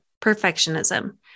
perfectionism